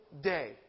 day